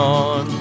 on